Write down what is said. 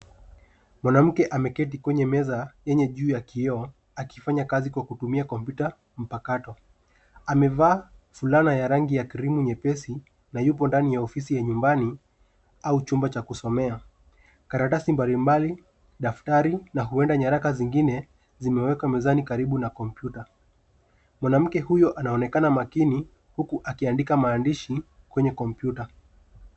Mwanamke ameketi kwenye meza yenye juu ya kioo akifanya kazi kwa kutumia kompyuta mpakato. Amevaa fulana ya rangi ya kirimu nyepesi na yupo ndani ya ofisi ya nyumbani au chumba cha kusomea. Karatasi mbalimbali, daftari na huenda nyaraka zingine zimeweka mezani karibu na kompyuta. Mwanamke huyo anaonekana makini huku akiandika maandishi kwenye kompyuta.